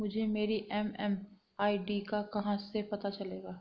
मुझे मेरी एम.एम.आई.डी का कहाँ से पता चलेगा?